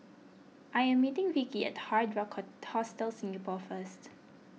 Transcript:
I am meeting Vicki at Hard Rock Hostel Singapore first